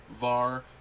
Var